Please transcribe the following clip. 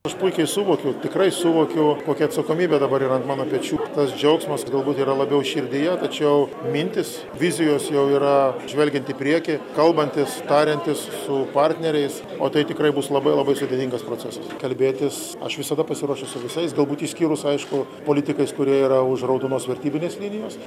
aš puikiai suvokiu tikrai suvokiu kokia atsakomybė dabar yra ant mano pečių tas džiaugsmas galbūt yra labiau širdyje tačiau mintys vizijos jau yra žvelgiant į priekį kalbantis tariantis su partneriais o tai tikrai bus labai labai sudėtingas procesas kalbėtis aš visada pasiruošęs su visais galbūt išskyrus aišku politikais kurie yra už raudonos vertybinės linijos